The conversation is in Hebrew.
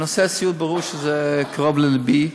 נושא הסיעוד, ברור שזה קרוב ללבי.